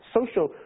social